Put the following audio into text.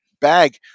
bag